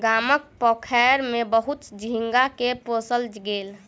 गामक पोखैर में बहुत झींगा के पोसल गेल